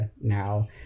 now